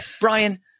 Brian